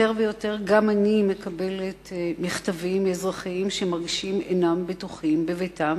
יותר ויותר גם אני מקבלת מכתבים מאזרחים שמרגישים שאינם בטוחים בביתם,